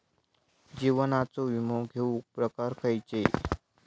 जीवनाचो विमो घेऊक प्रकार खैचे?